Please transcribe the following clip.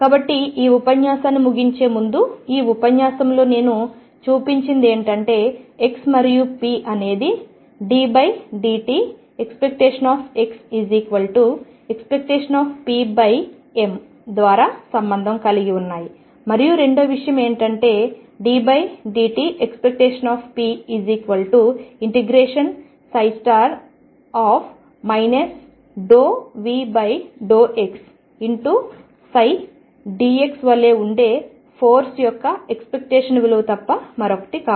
కాబట్టి ఈ ఉపన్యాసాన్ని ముగించే ముందు ఈ ఉపన్యాసంలో నేను చూపించినది ఏమిటంటే x మరియు p అనేది ddt⟨x⟩⟨p⟩m ద్వారా సంబంధం కలిగి ఉన్నాయి మరియు రెండవ విషయం ఏమిటంటే ddt⟨p⟩ ∂V∂xψ dx వలె ఉండే ఫోర్స్ యొక్క ఎక్స్పెక్టేషన్ విలువ తప్ప మరొకటి కాదు